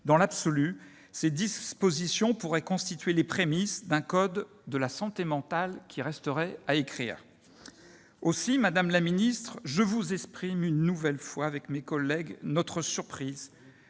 Dans l'absolu, ces dispositions pourraient constituer les prémices d'un code de la santé mentale qui reste à écrire ! Aussi, madame la secrétaire d'État, je vous exprime une nouvelle fois notre surprise